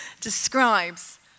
describes